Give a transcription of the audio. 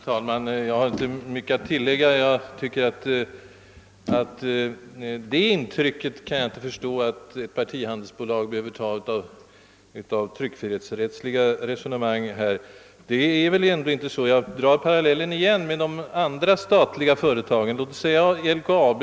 Herr talman! Jag har inte mycket att tillägga. Men jag tycker inte att partihandelsbolaget behöver ta så starkt intryck av ett tryckfrihetsrättsligt resonemang som finansministern här gör gällande. Jag drar återigen parallellen med andra = statliga företag, exempelvis LKAB.